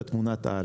את תמונת העל,